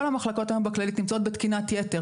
כל המחלקות היום בכללית נמצאות בתקינת יתר.